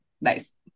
nice